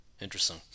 Interesting